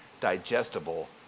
digestible